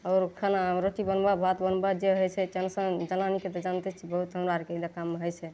आओर खानामे रोटी बनबऽ भात बनबऽ जे होइ छै टेन्शन जनानीके तऽ जानिते छियै हमरा आरके जकाँ नहि होइ छै